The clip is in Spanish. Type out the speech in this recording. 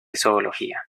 zoología